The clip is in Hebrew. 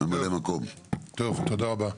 תודה רבה,